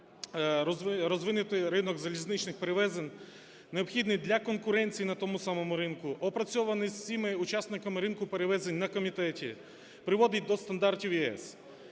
розвинути ринок залізничних перевезень, необхідних для конкуренції на тому самому ринку. Опрацьований з всіма учасниками ринку перевезень на комітеті, приводить до стандартів ЄС.